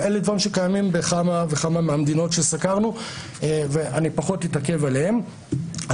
אלה דברים שקיימים בכמה וכמה מהמדינות שסקרנו אבל אני פחות אתעכב עליהם.